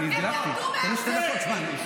איפה כתוב ערבים?